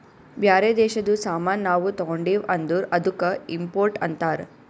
ಬ್ಯಾರೆ ದೇಶದು ಸಾಮಾನ್ ನಾವು ತಗೊಂಡಿವ್ ಅಂದುರ್ ಅದ್ದುಕ ಇಂಪೋರ್ಟ್ ಅಂತಾರ್